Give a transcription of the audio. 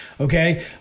Okay